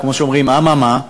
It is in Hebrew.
או כמו שאומרים: אממה?